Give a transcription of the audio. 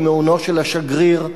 במעונו של השגריר.